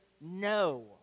no